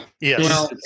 Yes